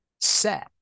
set